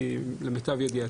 למיטב ידיעתי.